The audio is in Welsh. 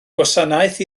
gwasanaeth